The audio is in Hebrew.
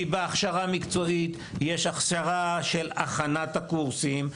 כי בהכשרה מקצועית יש החסרה של הכנת הקורסים,